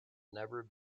never